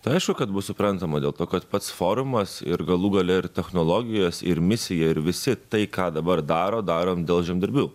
tai aišku kad bus suprantama dėl to kad pats forumas ir galų gale ir technologijos ir misija ir visi tai ką dabar daro darom dėl žemdirbių